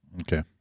Okay